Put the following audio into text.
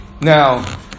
Now